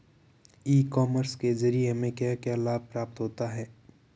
ई commerce के ज़रिए हमें क्या क्या लाभ प्राप्त होता है?